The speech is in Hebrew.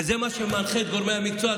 וזה מה שמנחה את גורמי המקצוע,